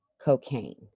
cocaine